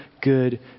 good